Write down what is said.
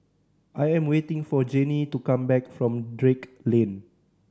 I am waiting for Janey to come back from Drake Lane